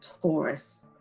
Taurus